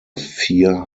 vier